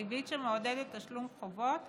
ריבית שמעודדת תשלום חובות